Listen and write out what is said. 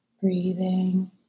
Breathing